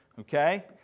Okay